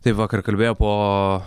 taip vakar kalbėjo po